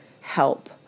help